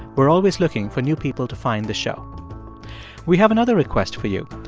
we're always looking for new people to find the show we have another request for you.